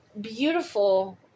beautiful